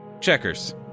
Checkers